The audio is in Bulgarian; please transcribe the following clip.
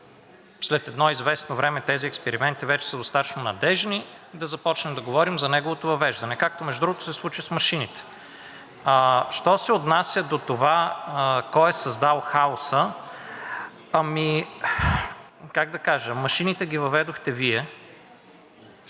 след едно известно време тези експерименти вече са достатъчно надеждни, да започнем да говорим за неговото въвеждане. Както между другото се случи с машините. Що се отнася до това кой е създал хаоса. Как да кажа, машините ги въведохте Вие,